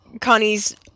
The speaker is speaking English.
Connie's